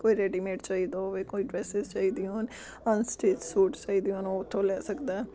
ਕੋਈ ਰੈਡੀਮੇਡ ਚਾਹੀਦਾ ਹੋਵੇ ਕੋਈ ਡਰੈਸਿਸ ਚਾਹੀਦੀਆਂ ਹੋਣ ਅਨਸਟਿਚ ਸੂਟ ਚਾਹੀਦੇ ਹੋਣ ਉਹ ਉੱਥੋਂ ਲੈ ਸਕਦਾ